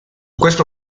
questo